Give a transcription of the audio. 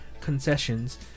concessions